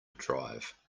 drive